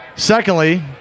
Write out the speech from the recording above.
Secondly